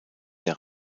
der